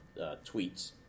tweets